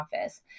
office